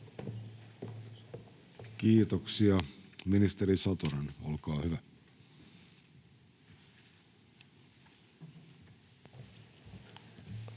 Kiitoksia. — Ministeri Satonen, olkaa hyvä.